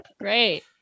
Great